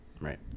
Right